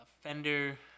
Fender